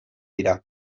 dira